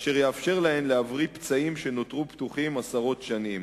אשר יאפשר להן להבריא פצעים שנותרו פתוחים עשרות שנים.